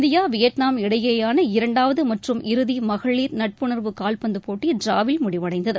India Vietnam இடையேயான இரண்டாவது மற்றும் இறுதி மகளிர் நட்புணர்வு கால்பந்து போட்டி ட்டிராவில் முடிவடைந்தது